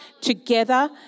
together